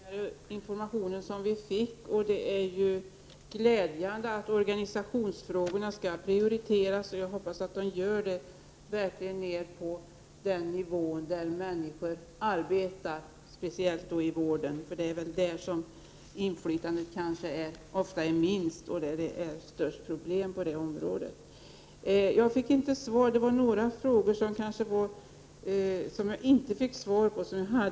Herr talman! Också jag vill tacka för den ytterligare information som vi fick. Det är glädjande att organisationsfrågorna skall prioriteras, och jag hoppas att så blir fallet ända ned till den nivå där människorna arbetar, speciellt inom vården. Det är väl ofta inom denna som arbetstagarnas inflytande är minst och som man har de största problemen. Några av mina frågor fick jag inte svar på.